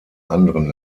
anderen